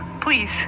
Please